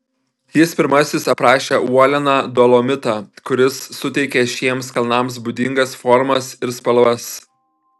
jis pirmasis aprašė uolieną dolomitą kuris suteikia šiems kalnams būdingas formas ir spalvas